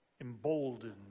emboldened